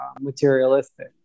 materialistic